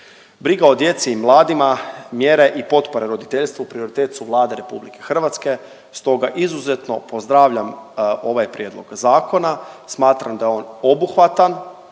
Briga o djeci i mladima, mjere i potpore roditeljstvu prioritet su Vlade RH stoga izuzetno pozdravljam ovaj prijedlog zakona. Smatram da je on obuhvatan,